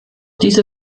diese